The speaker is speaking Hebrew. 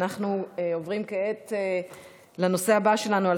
אנחנו עוברים כעת לנושא הבא שלנו על